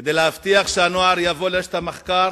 כדי להבטיח שהנוער יבוא לרשת המחקר,